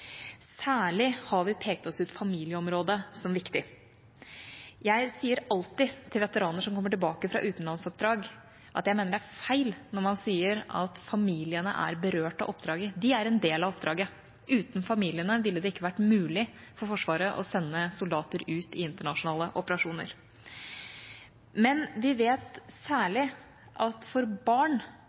Særlig har vi pekt oss ut familieområdet som viktig. Jeg sier alltid til veteraner som kommer tilbake fra utenlandsoppdrag, at jeg mener det er feil når man sier at familiene er berørt av oppdraget; de er en del av oppdraget. Uten familiene ville det ikke vært mulig for Forsvaret å sende soldater ut i internasjonale operasjoner. Vi vet særlig at for barn